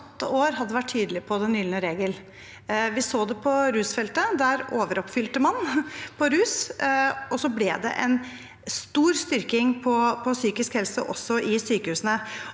år hadde vært tydelig på den gylne regel. Vi så det på rusfeltet. Der overoppfylte man for rus, og så ble det en stor styrking på psykisk helse også i sykehusene.